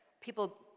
people